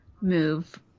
move